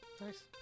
nice